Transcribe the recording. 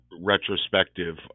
retrospective